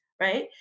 right